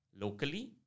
locally